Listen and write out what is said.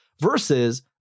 versus